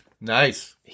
Nice